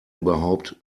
überhaupt